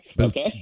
okay